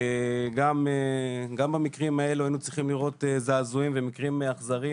גם במקרים האלו היינו צריכים לראות זעזועים ומקרים אכזריים